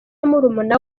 murumuna